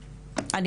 לדבר.